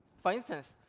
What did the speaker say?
for instance,